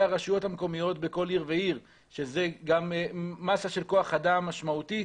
הרשויות המקומיות בכל עיר ועיר שזה גם מסה של כוח אדם משמעותי.